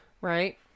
Right